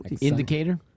indicator